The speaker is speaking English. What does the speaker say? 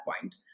point